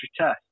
test